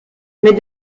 mais